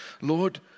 Lord